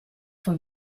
for